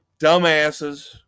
Dumbasses